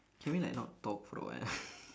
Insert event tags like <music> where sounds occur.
can we like not talk for a while <laughs>